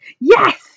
Yes